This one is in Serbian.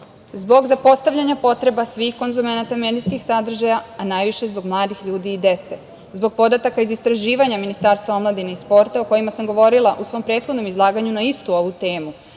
zapostavljanja potreba svih konzumenata medijskih sadržaja, a najviše zbog mladih ljudi, dece, zbog podataka iz istraživanja Ministarstva omladine i sporta, o kojima sam govorila u svom prethodnom izlaganju na istu ovu temu,